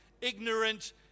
ignorant